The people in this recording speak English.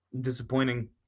disappointing